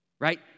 Right